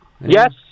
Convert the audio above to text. Yes